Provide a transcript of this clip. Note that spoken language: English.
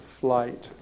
flight